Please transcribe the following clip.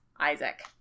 Isaac